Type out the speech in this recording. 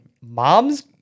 mom's